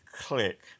Click